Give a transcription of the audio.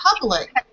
public